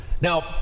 Now